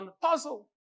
puzzle